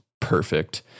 perfect